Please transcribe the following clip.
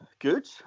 good